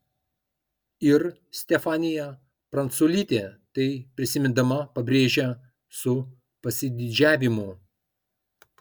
ir stefanija pranculytė tai prisimindama pabrėžia su pasididžiavimu